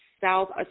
south